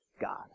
God